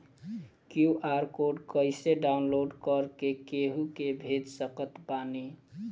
QR code कइसे download कर के केहु के भेज सकत बानी?